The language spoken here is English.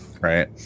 right